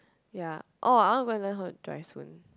ya oh I want to go and learn how to drive soon